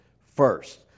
first